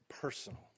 personal